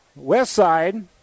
Westside